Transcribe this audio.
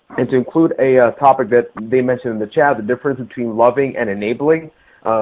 and to include a ah topic that they mentioned in the chat. the difference between loving and enabling.